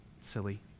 silly